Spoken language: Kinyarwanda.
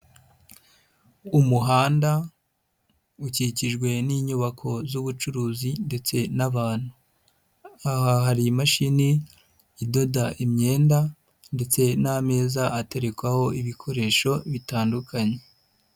Umuhanda ukikijwe n'inyubako z'ubucuruzi ndetse n'abantu, aha hari imashini idoda imyenda ndetse n'ameza aterekwaho ibikoresho bitandukanye.